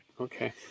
Okay